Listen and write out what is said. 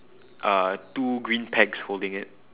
uh two green pegs holding it